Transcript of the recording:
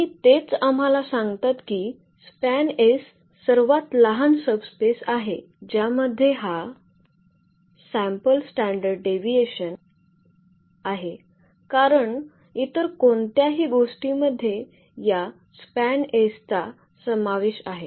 आणि तेच आम्हाला सांगतात की स्पॅनएस SPAN सर्वात लहान सबस्पेस आहे ज्यामध्ये हा आहे कारण इतर कोणत्याही गोष्टीमध्ये या स्पॅनएस SPAN चा समावेश आहे